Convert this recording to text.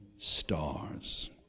stars